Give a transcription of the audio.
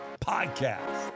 Podcast